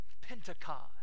Pentecost